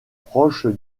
proche